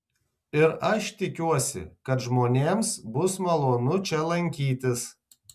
ir aš tikiuosi kad žmonėms bus malonu čia lankytis